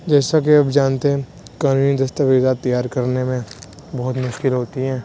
جیسا کہ آپ جانتے ہیں قانونی دستاویزات تیار کرنے میں بہت مشکل ہوتی ہیں